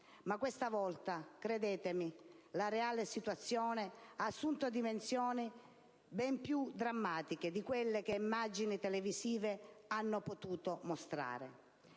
ma questa volta, credetemi, la situazione ha assunto dimensioni ben più drammatiche nella realtà di quelle che le immagini televisive hanno potuto mostrare.